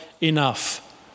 enough